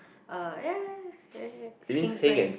uh ya ya ya ya ya heng suay